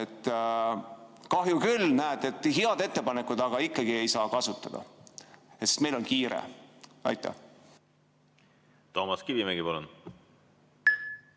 et kahju küll, näed, head ettepanekud, aga ikkagi ei saa kasutada, sest meil on kiire. Aitäh!